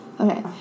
Okay